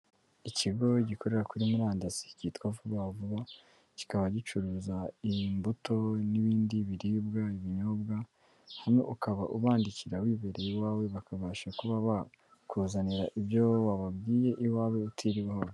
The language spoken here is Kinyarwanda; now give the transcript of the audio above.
Ikigo gikorera kuri murandasi cyitwa Vuba vuba kikaba gicuruza imbuto n'ibindi biribwa, ibinyobwa, hano ukaba ubandikira wibereye iwawe bakabasha kuba bakuzanira ibyo wababwiye iwawe utiriwe uhava.